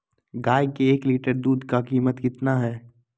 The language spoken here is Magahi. गाय के एक लीटर दूध का कीमत कितना है?